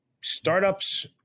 startups